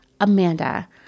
Amanda